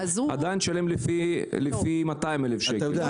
עדיין זה מחושב לפי 200,000 שקל.